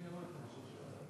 אדוני היושב-ראש,